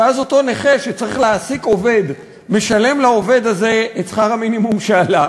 ואז אותו נכה שצריך להעסיק עובד משלם לעובד הזה את שכר המינימום שעלה,